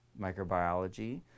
microbiology